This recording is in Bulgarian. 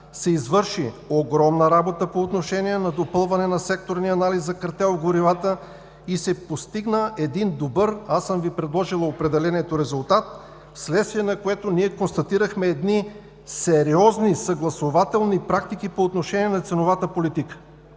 се извърши огромна работа по отношение на допълване на секторния анализ за картел в горивата и се постигна един добър, аз съм Ви предложила определението „Резултат“, в следствие на което ние констатирахме едни сериозни съгласувателни практики по отношение на ценовата политика“,